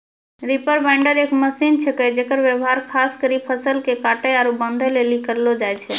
reaper binder एक machine छिकै जेकर व्यवहार खास करी फसल के काटै आरू बांधै लेली करलो जाय छै